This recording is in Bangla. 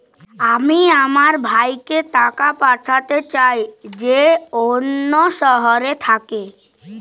আমি আমার ভাইকে টাকা পাঠাতে চাই যে অন্য শহরে থাকে